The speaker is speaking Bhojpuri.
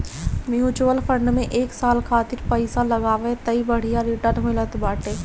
म्यूच्यूअल फंड में एक साल खातिर पईसा लगावअ तअ बढ़िया रिटर्न मिलत बाटे